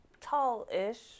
tall-ish